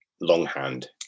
longhand